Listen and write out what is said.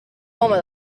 home